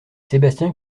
sébastien